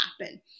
happen